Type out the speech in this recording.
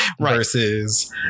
versus